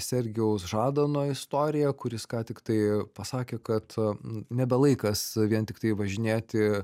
sergejaus žadono istoriją kuris ką tik tai pasakė kad nebe laikas vien tiktai važinėti